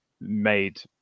made